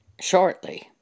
shortly